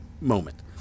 moment